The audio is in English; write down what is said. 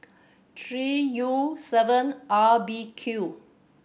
three U seven R B Q